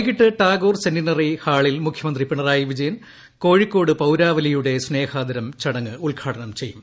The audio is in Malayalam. വൈകിട്ട് ടാഗോർ സെന്റിനറി ഹാളിൽ മുഖ്യമന്ത്രി പിണറായി വിജയൻ കോഴിക്കോട് പൌരാവലിയുടെ സ്നേഹാദരം ചടങ്ങ് ഉദ്ഘാടനം ചെയ്യും